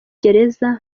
gereza